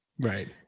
Right